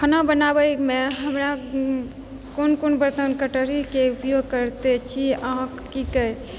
खाना बनाबयमे हमरा कोन कोन बर्तन कटोरीके उपयोग करैत छी अहाँके की कहैत